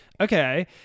okay